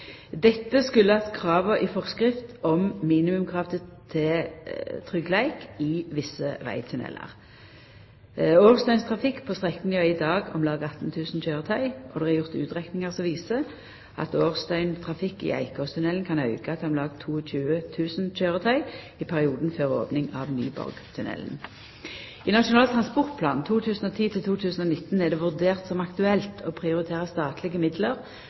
Dette har si årsak i krava i forskrift om minimum krav til tryggleik i visse vegtunnelar. Årsdøgntrafikk på strekninga er i dag om lag 18 000 køyretøy, og det er gjort utrekningar som viser at årsdøgntrafikk i Eikåstunnelen kan auka til om lag 22 000 køyretøy i perioden før opning av Nyborgtunnelen. I Nasjonal transportplan 2010–2019 er det vurdert som aktuelt å prioritera statlege midlar